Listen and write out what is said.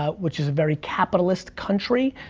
ah which is a very capitalist country,